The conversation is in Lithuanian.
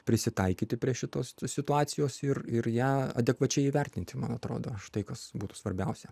prisitaikyti prie šitos situacijos ir ir ją adekvačiai įvertinti man atrodo štai kas būtų svarbiausia